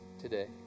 today